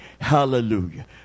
Hallelujah